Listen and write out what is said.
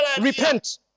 repent